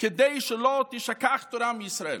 כדי שלא תישכח תורה מישראל.